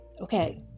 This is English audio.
Okay